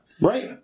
Right